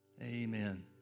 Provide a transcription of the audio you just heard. amen